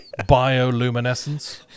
Bioluminescence